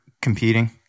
competing